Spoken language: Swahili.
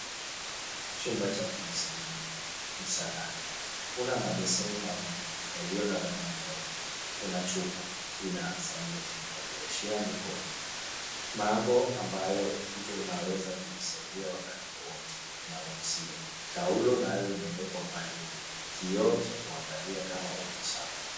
Chumba cha kujisaidia msalani kuna mabeseni mawili yaliyo na rangi nyeupe kunachupa ina sabuni ya kuoshea mikono mambo ambayo mtu anaweza kujisaidia wakati wowote unarusiwa. Taulo nayo imewekwa pale juu kioo cha kujiangalia kama uko sawa.